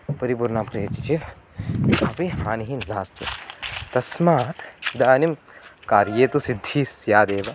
परिपूर्णा क्रियते चेत् किमपि हानिः नास्ति तस्मात् इदानीं कार्ये तु सिद्धिः स्यादेव